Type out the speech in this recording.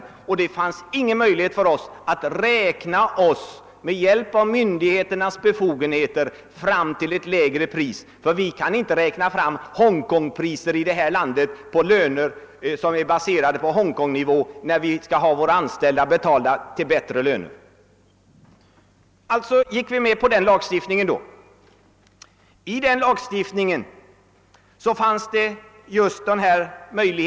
Det har inte funnits någon möjlighet för oss att med hjälp av myndigheternas befogenheter fastställa ett lägre pris. Vi kan nämligen inte räkna fram priser för vårt land, som är baserade på löner på Hongkongnivå, eftersom våra anställda vill ha och skall ha bättre betalt. Riksdagen antog således en lagstiftning, som hade beredskapsinslag.